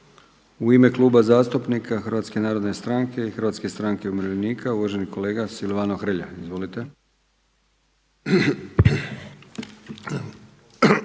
U ime Kluba zastupnika Hrvatske narodne stranke i Hrvatske stranke umirovljenika, uvaženi kolega Silvano Hrelja.